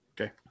Okay